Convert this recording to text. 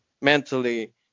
mentally